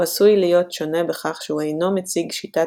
הוא עשוי להיות שונה בכך שהוא אינו מציג שיטת